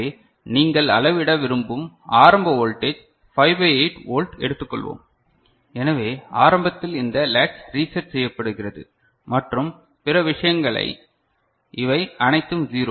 எனவே நீங்கள் அளவிட விரும்பும் ஆரம்ப வோல்டேஜ் 5 பை 8 வோல்ட் எடுத்துக்கொள்வோம் எனவே ஆரம்பத்தில் இந்த லேட்ச் ரீசெட் செய்யப்படுகிறது மற்றும் பிற விஷயங்களை இவை அனைத்தும் 0